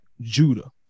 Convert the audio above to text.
Judah